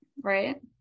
Right